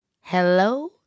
Hello